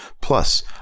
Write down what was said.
plus